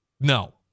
No